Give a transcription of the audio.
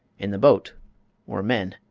in the boat were men.